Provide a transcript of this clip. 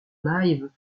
live